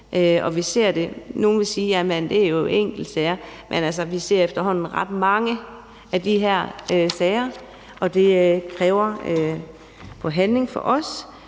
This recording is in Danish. Nogle vil sige, at der er tale om enkeltsager, men vi ser altså efterhånden ret mange af de her sager, og det kræver handling af os.